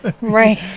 Right